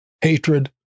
hatred